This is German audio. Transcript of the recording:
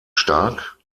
stark